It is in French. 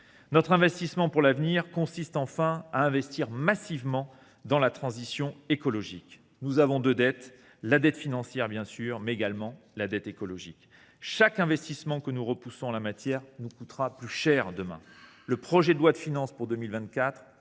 notre investissement pour l’avenir consiste à soutenir massivement la transition écologique. Nous avons deux dettes : la dette financière, bien sûr, et la dette écologique. Chaque investissement que nous repoussons en la matière nous coûtera plus cher demain. Le projet de loi de finances pour 2024